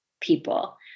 people